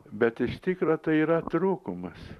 bet iš tikro tai yra trūkumas